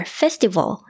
festival